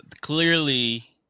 clearly